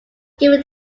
given